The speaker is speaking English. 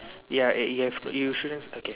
ya eh you have you should ask okay